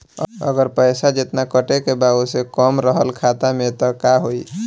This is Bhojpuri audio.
अगर पैसा जेतना कटे के बा ओसे कम रहल खाता मे त का होई?